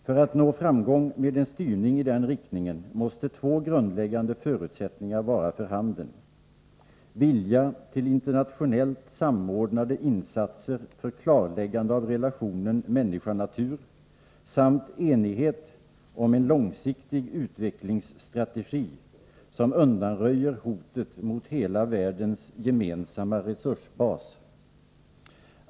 För att man skall nå framgång med en styrning i denna riktning måste två grundläggande förutsättningar vara för handen, nämligen dels vilja till internationellt samordnade insatser för klarläggande av relationen människa-natur, dels enighet om en långsiktig utvecklingsstrategi, som undanröjer hotet mot hela världens gemensamma resursbas.